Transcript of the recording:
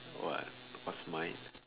what what's mine